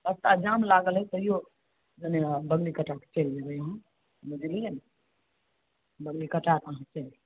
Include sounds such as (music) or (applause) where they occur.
रस्ता जाम लागल है तैयो कनी (unintelligible) कटाए कऽ चलि जेबै बुझलियै ने (unintelligible) कटाए कऽ अहाँ चलि जेबै